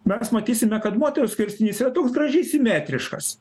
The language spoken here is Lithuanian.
mes matysime kad moterų skirstinys yra toks gražiai simetriškas